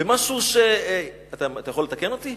אתה יכול לתקן אותי?